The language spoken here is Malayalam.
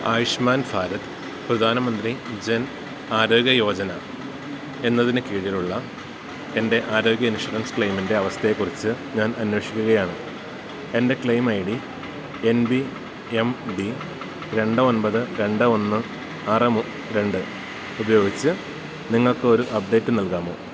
ആയുഷ്മാൻ ഭാരത് പ്രധാന മന്ത്രി ജൻ ആരോഗ്യ യോജന എന്നതിന് കീഴിലുള്ള എൻ്റെ ആരോഗ്യ ഇൻഷുറൻസ് ക്ലെയിമിൻ്റെ അവസ്ഥയെക്കുറിച്ച് ഞാൻ അന്വേഷിക്കുകയാണ് എൻ്റെ claim I D N B M D രണ്ട് ഒൻപത് രണ്ട് ഒന്ന് ആറ് രണ്ട് ഉപയോഗിച്ച് നിങ്ങൾക്കൊരു അപ്ഡേറ്റ് നൽകാമോ